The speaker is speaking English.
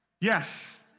Yes